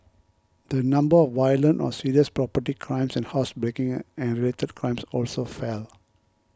the number of violent or serious property crimes and housebreaking and related crimes also fell